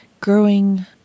Growing